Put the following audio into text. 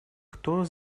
кто